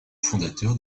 fondateur